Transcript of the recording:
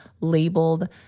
labeled